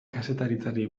kazetaritzari